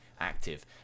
active